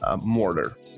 mortar